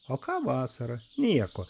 o ką vasarą nieko